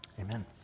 Amen